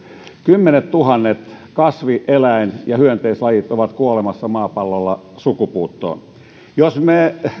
kymmenettuhannet kasvi eläin ja hyönteislajit ovat kuolemassa maapallolla sukupuuttoon